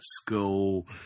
school